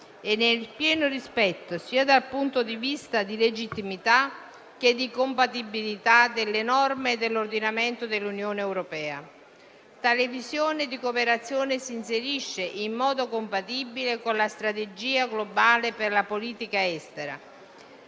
e nel pieno rispetto, sia dal punto di vista della legittimità che della compatibilità, delle norme e dell'ordinamento dell'Unione europea. Tale visione di cooperazione si inserisce in modo compatibile con la strategia globale per la politica estera,